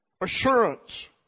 Assurance